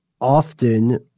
often